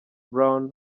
brown